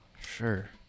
sure